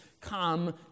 come